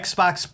Xbox